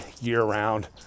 year-round